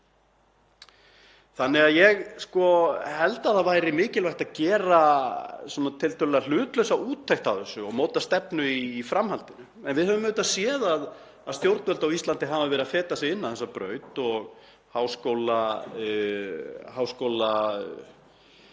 vinna. Ég held að það væri mikilvægt að gera tiltölulega hlutlausa úttekt á þessu og móta stefnu í framhaldinu. En við höfum auðvitað séð að stjórnvöld á Íslandi hafa verið að feta sig inn á þessa braut. Háskóla-